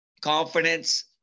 confidence